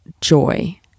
joy